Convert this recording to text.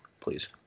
Please